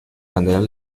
banderas